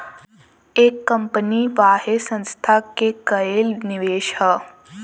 एक कंपनी वाहे संस्था के कएल निवेश हौ